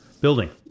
building